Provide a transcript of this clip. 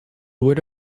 would